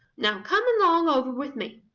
now come along over with me.